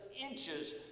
inches